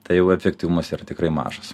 tai jau efektyvumas yra tikrai mažas